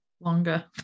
longer